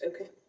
Okay